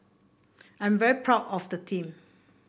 I'm very proud of the team